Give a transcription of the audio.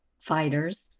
Fighters